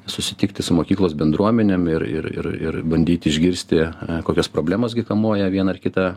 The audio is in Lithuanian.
susitikti su mokyklos bendruomenėm ir ir ir ir bandyti išgirsti kokios problemos gi kamuoja vieną ar kitą